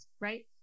right